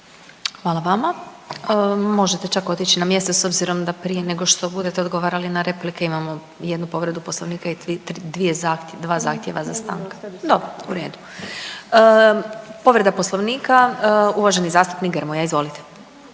Hvala vama. Možete čak otići na mjesto s obzirom da prije nego što budete odgovarali imamo jednu povredu Poslovnika i dvije, dva zahtjeva za stankom. …/Upadica Irena Petrijevčanin: Dobro./… U redu. Povreda Poslovnika uvaženi zastupnik Grmoja, izvolite.